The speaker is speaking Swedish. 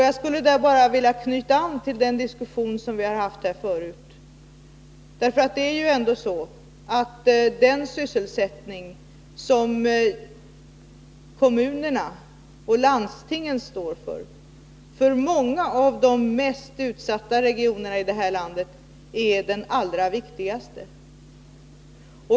Jag skulle i det sammanhanget bara vilja knyta an till den diskussion som vi har haft här förut, därför att den sysselsättning som kommunerna och landstingen står för ändå är den allra viktigaste för många av de mest utsatta regionerna här i landet.